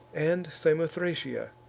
and samothracia,